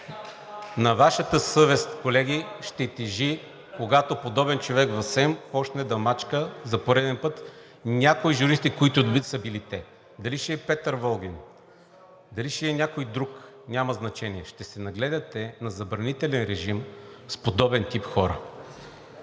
На Вашата съвест, колеги, ще тежи, когато подобен човек в СЕМ започне да мачка за пореден път някои журналисти, които и да са били те – дали ще е Петър Волгин, дали ще е някой друг, няма значение, ще се нагледате на забранителен режим с подобен тип хора.